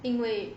因为